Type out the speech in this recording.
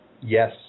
Yes